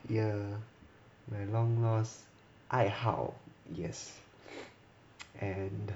ya my long lost 爱好 yes and